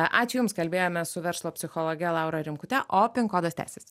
ačiū jums kalbėjome su verslo psichologe laura rimkute o pin kodas tęsis